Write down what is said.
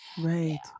Right